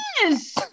Yes